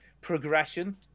progression